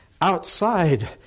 outside